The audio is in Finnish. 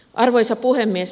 arvoisa puhemies